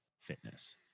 Fitness